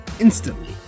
Instantly